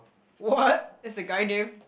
what is the guy name